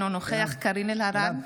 אינו נוכח קארין אלהרר,